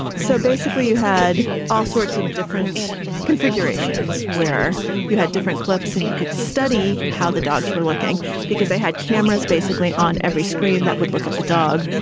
so basically, you had all sorts of different configurations where you had different clips and you could study how dogs were looking because they had cameras basically on every screen that would look at the dog.